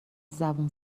زبون